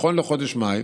נכון לחודש מאי,